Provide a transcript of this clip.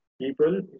People